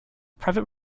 private